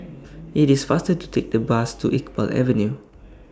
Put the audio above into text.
IT IS faster to Take The Bus to Iqbal Avenue